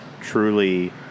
truly